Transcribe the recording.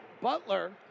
Butler